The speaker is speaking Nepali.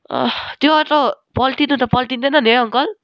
त्यो अटो पल्टिनु त पल्टिदैन नि है अङ्कल